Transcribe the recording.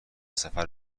سفر